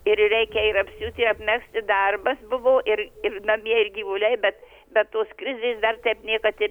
ir reikia ir apsiūti ir apmegzti darbas buvo ir ir namie ir gyvuliai bet bet tos krizės dar taip niekad ir